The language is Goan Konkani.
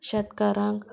शेतकारांक